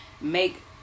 make